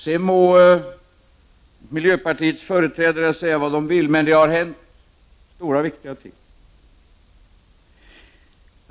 Sedan må miljöpartiets företrädare säga vad de vill. Det har hänt stora och viktiga saker.